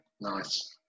nice